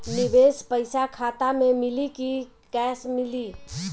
निवेश पइसा खाता में मिली कि कैश मिली?